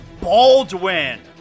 Baldwin